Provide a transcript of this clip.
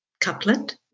couplet